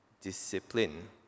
discipline